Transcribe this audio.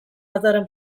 datorren